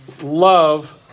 love